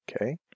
okay